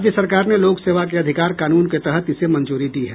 राज्य सरकार ने लोक सेवा के अधिकार कानून के तहत इसे मंजूरी दी है